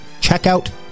checkout